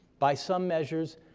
by some measures,